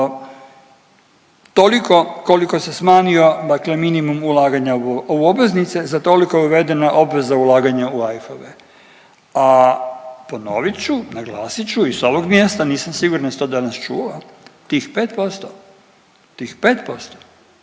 Toliko koliko se smanjio dakle minimum ulaganja u obveznice za toliko je uvedena obveza ulaganja u AIF-ove. A ponovit ću, naglasit ću i s ovog mjesta, nisam siguran da se to danas čulo, tih 5%, tih 5%